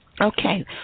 Okay